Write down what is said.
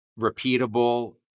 repeatable